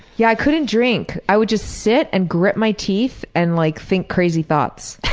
yeah, i couldn't drink. i would just sit and grit my teeth and like think crazy thoughts.